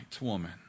woman